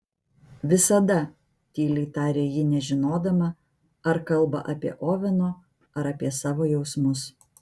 visada tyliai tarė ji nežinodama ar kalba apie oveno ar apie savo jausmus